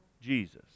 Jesus